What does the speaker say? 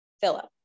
Philip